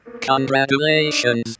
Congratulations